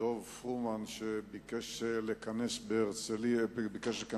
דב פרומן, שביקש לכנס בקריית-גת